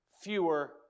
fewer